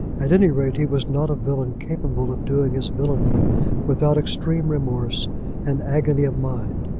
at any rate he was not a villain capable of doing his villany without extreme remorse and agony of mind.